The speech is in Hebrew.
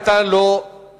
היתה לא חוקית,